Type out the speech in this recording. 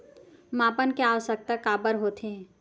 मापन के आवश्कता काबर होथे?